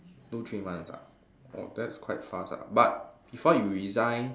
two three months ah oh that's quite fast ah but before you resign